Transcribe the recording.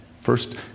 First